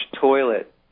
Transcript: toilet